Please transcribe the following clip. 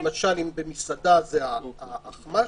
במסעדה זה האחמ"ש?